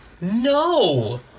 no